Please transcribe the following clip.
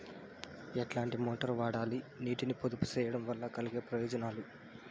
ఎట్లాంటి మోటారు వాడాలి, నీటిని పొదుపు సేయడం వల్ల కలిగే ప్రయోజనాలు?